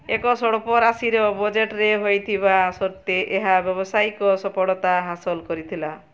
ଏକ ସ୍ୱଳ୍ପ ରାଶିର ବଜେଟରେ ହେଇଥିବା ସତ୍ତ୍ୱେ ଏହା ବ୍ୟବସାୟିକ ସଫଳତା ହାସଲ କରିଥିଲା